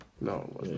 No